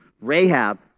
Rahab